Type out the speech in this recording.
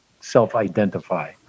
self-identify